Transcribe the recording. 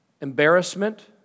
Embarrassment